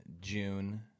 June